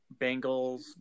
Bengals